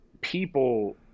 people